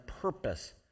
purpose